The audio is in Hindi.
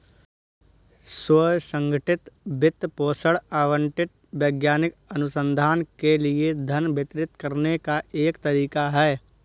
स्व संगठित वित्त पोषण आवंटन वैज्ञानिक अनुसंधान के लिए धन वितरित करने का एक तरीका हैं